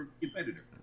competitor